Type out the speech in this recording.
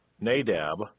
Nadab